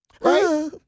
Right